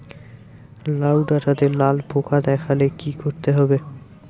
লাউ ডাটাতে লাল পোকা দেখালে কি করতে হবে?